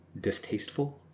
distasteful